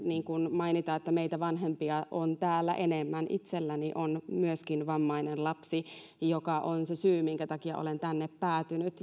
mainita että meitä vanhempia on täällä enemmän itselläni on myöskin vammainen lapsi mikä on se syy minkä takia olen tänne päätynyt